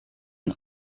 und